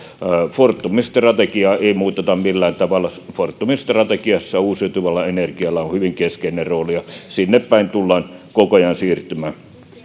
fortumin strategiaa ei muuteta millään tavalla fortumin strategiassa uusiutuvalla energialla on hyvin keskeinen rooli ja sinne päin tullaan koko ajan siirtymään